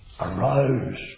aroused